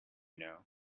know